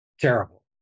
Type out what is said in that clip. terrible